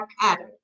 pattern